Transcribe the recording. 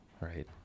right